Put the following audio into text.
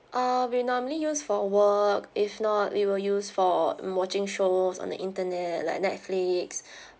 uh we normally use for work if not we will use for hmm watching shows on the internet like netflix